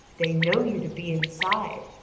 they know you to be inside.